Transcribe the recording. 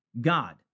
God